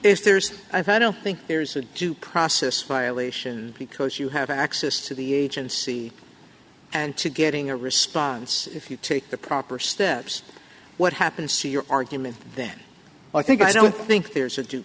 if there's i don't think there's a due process violation because you have access to the agency and to getting a response if you take the proper steps what happens to your argument then i think i don't think there's a